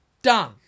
Done